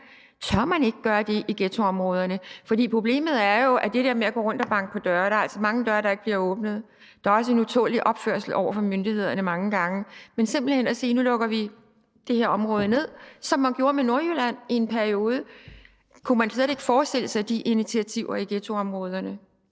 Tør man ikke gøre det i ghettoområderne? For problemet med det der med at gå og banke på døre er jo, at der altså er mange døre, der ikke bliver åbnet. Der er også en utålelig opførsel over for myndighederne mange gange. Men man kunne simpelt hen sige: Nu lukker vi det her område ned, som man gjorde med Nordjylland, i en periode. Kunne man slet ikke forestille sig de initiativer i ghettoområderne?